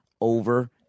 over